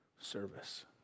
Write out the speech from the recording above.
service